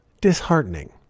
disheartening